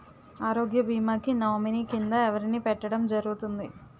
ఆరోగ్య భీమా కి నామినీ కిందా ఎవరిని పెట్టడం జరుగతుంది?